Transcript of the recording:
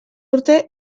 urte